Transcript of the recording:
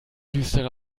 düstere